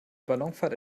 ballonfahrt